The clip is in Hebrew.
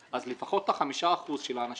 אז למה זה על חשבון האזרח?